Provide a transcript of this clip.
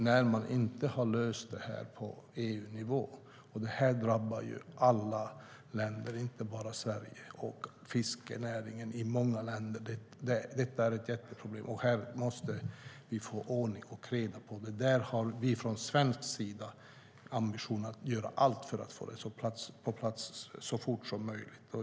Att man inte har löst detta på EU-nivå drabbar fiskenäringen i många länder, inte bara i Sverige. Det är ett problem, och vi måste få ordning och reda på detta. Från svensk sida har vi ambitionen att göra allt för att få det på plats så fort som möjligt.